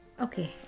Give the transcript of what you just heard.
okay